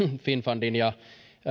finnfundiin ja